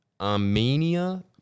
Armenia